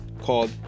called